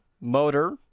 motor